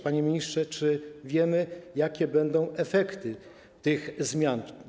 Panie ministrze, czy wiemy, jakie będą efekty tych zmian?